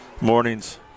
mornings